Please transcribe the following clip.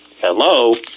hello